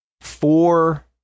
four